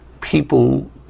people